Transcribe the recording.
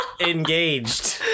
engaged